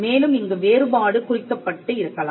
மேலும் இங்கு வேறுபாடு குறிக்கப்பட்டு இருக்கலாம்